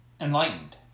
enlightened